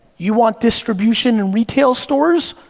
you want distribution in retail stores?